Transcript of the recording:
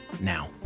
now